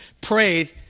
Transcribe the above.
pray